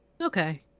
Okay